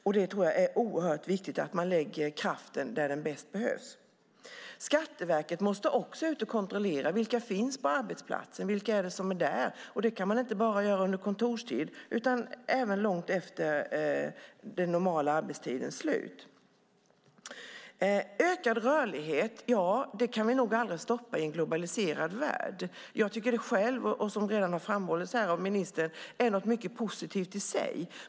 Jag tror att det är oerhört viktigt att man lägger kraften där den bäst behövs. Skatteverket måste också ut och kontrollera vilka som finns på arbetsplatsen, vilka som är där. Det kan man inte bara göra under kontorstid, utan det måste även göras långt efter den normala arbetstidens slut. Ökad rörlighet kan vi nog aldrig stoppa i en globaliserad värld. Jag tycker själv att det är något mycket positivt i sig, vilket redan har framhållits här av ministern.